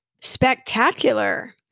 Spectacular